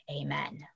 amen